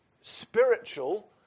spiritual